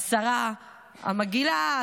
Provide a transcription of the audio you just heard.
השרה המגעילה,